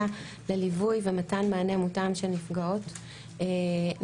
לליווי ומתן מענה מותאם של נפגעות אלימות,